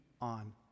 on